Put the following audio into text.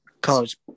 college